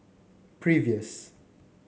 previous